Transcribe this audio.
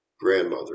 grandmother